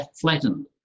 flattened